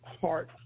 heart